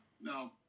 no